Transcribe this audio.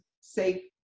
safe